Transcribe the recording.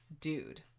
dude